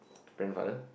grandfather